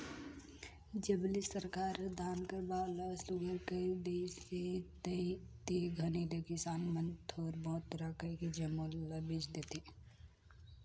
जब ले सरकार हर धान कर भाव ल सुग्घर कइर देहिस अहे ते घनी ले किसान मन थोर बहुत राएख के जम्मो ल बेच देथे